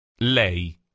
Lei